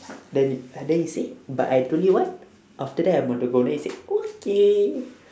then then you see but I told you what after that I need to go then you say okay